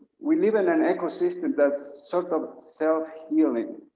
we live in an ecosystem that's sort of self healing,